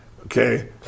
okay